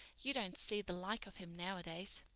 you don't see the like of him nowadays.